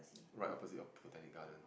right opposite of Botanic-Garden